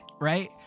Right